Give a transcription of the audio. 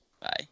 bye